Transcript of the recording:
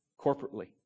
corporately